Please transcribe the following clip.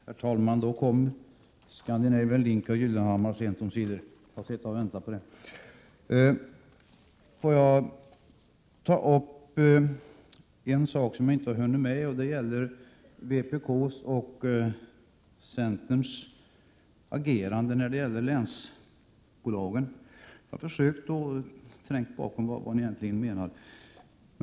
Herr talman! Där kom Scandinavian Link och Gyllenhammar sent omsider — jag har suttit och väntat på det. Får jag ta upp en sak som jag inte hunnit med tidigare. Det gäller vpk:s och centerns agerande i fråga om länsbolagen. Jag undrar vad de egentligen menar.